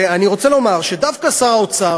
ואני רוצה לומר שדווקא שר האוצר,